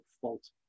fault